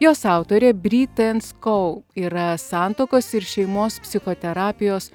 jos autorė bryten skou yra santuokos ir šeimos psichoterapijos